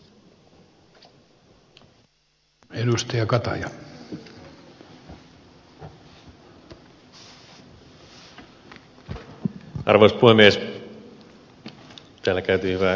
arvoisa puhemies